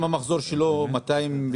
אם המחזור שלו 215